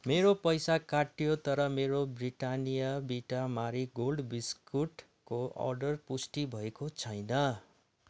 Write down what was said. मेरो पैसा काटियो तर मेरो ब्रिटानिया बिटा मारी गोल्ड बिस्कुटको अर्डर पुष्टि भएको छैन